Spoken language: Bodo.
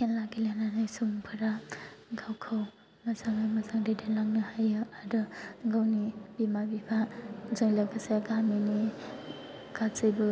खेला गेलेनानै जोंफोरा गावखौ मोजाङै मोजां दैदेनलांनो हायो आरो गावनि बिमा बिफाजों लोगोसे गामिनि गासैबो